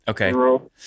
Okay